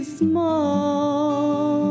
small